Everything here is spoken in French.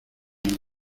nous